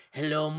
Hello